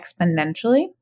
exponentially